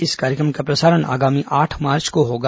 इस कार्यक्रम का प्रसारण आगामी आठ मार्च को होगा